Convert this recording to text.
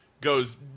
goes